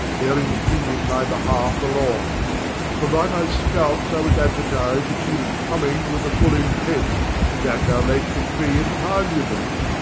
bearing the king in my behalfe along for by my scouts, i was aduertised that she was comming with a full intent to dash our late decree in parliament,